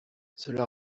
cela